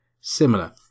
similar